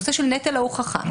הנושא של נטל ההוכחה,